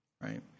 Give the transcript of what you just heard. right